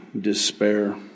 despair